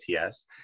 ATS